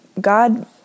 God